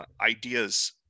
ideas